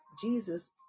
Jesus